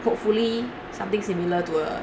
hopefully something similar to uh